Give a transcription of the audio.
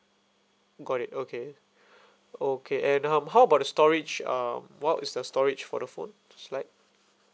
got it okay okay and um how about the storage um what is the storage for the phone is like